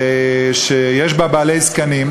שיש בה בעלי זקנים,